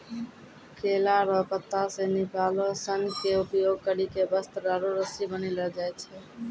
केला रो पत्ता से निकालो सन के उपयोग करी के वस्त्र आरु रस्सी बनैलो जाय छै